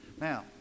Now